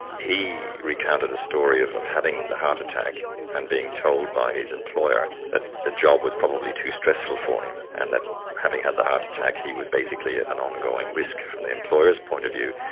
he recounted a story of of having a heart attack and being told by his employer that the job was probably too stressful for him and that having had the heart attack he was basically an ongoing risk from the employer's point of view.